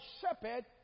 shepherd